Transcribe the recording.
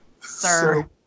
Sir